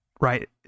right